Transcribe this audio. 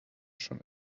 schon